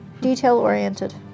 Detail-oriented